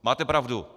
Máte pravdu.